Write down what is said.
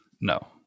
No